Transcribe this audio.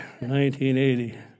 1980